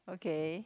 okay